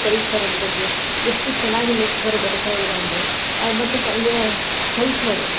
ಪರಿಸರದ ಬಗ್ಗೆ ಎಷ್ಟು ಚೆನ್ನಾಗಿ ಲೇಖಕರು ಬರಿತಾಯಿದ್ದರು ಅಂದರೆ ಮತ್ತು ಅಲ್ಲಿಯ ಕಲ್ಚರ್ರು